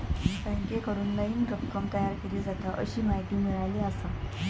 बँकेकडून नईन रक्कम तयार केली जाता, अशी माहिती मिळाली आसा